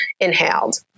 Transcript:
inhaled